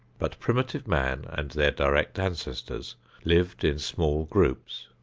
but primitive men and their direct ancestors lived in small groups.